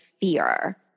fear